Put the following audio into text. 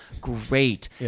great